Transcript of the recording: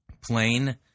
plain